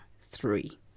three